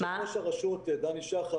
יש את ראש הרשות דני שחר,